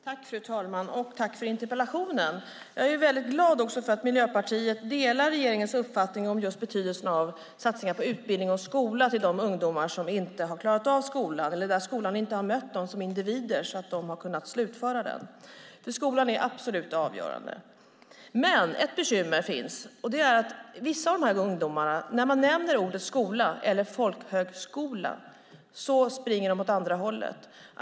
Fru talman! Tack för interpellationen! Jag är glad att Miljöpartiet delar regeringens uppfattning om betydelsen av satsningar på utbildning och skola till de ungdomar som inte har klarat av skolan eller där skolan inte har mött dem som individer så att de har kunnat slutföra den. Skolan är absolut avgörande. Men ett bekymmer finns, nämligen att när man nämner skola eller folkhögskola för vissa av dessa ungdomar springer de åt andra hållet.